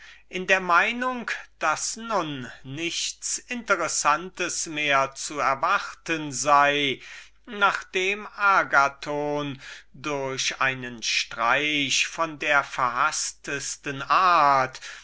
durchblättern in der meinung daß nun nichts interessantes mehr zu erwarten sei nachdem agathon durch einen streich von der verhaßtesten art